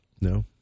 No